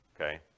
Okay